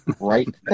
right